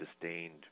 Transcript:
disdained